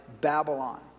Babylon